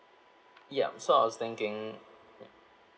ya so I was thinking